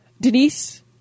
Denise